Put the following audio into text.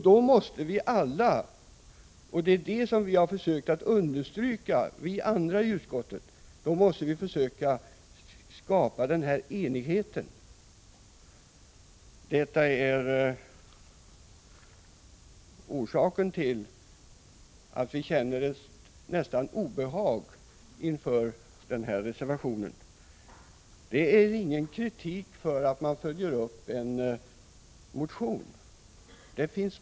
Då måste vi alla — och det är det som vi andra i utskottet har velat understryka — försöka skapa den här enigheten. Detta är orsaken till att vi känner nästan obehag inför reservationen. Vi kritiserar inte i sig att man följer upp en motion.